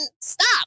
stop